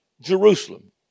Jerusalem